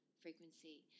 frequency